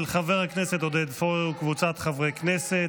של חבר הכנסת עודד פורר וקבוצת חברי הכנסת.